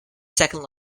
second